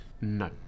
No